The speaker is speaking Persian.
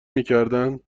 میکردند